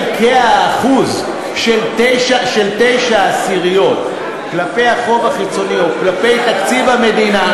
של תשע עשיריות כלפי החוב החיצוני או כלפי תקציב המדינה,